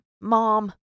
Mom